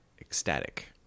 ecstatic